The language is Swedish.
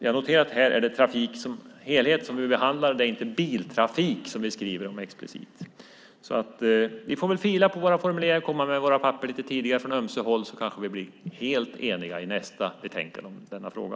Jag noterar att vi behandlar frågan om trafik som helhet. Vi skriver inte explicit om biltrafik. Vi får väl fila på våra formuleringar och lägga fram våra papper lite tidigare från ömse håll. Så kanske vi blir helt eniga i nästa betänkande i denna fråga.